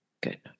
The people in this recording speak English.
Good